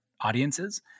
audiences